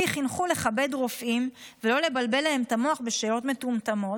אותי חינכו לכבד רופאים ולא לבלבל להם את המוח בשאלות מטומטמות.